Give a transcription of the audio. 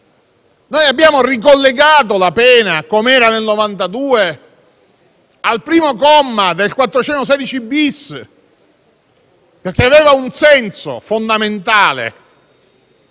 noi abbiamo ricollegato la pena, come era nel 1992, al primo comma del 416-*bis*, perché ciò aveva un senso fondamentale.